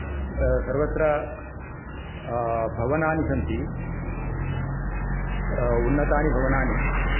सर्वत्र भवनानि सन्ति उन्नतानि भवनानि